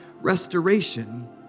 restoration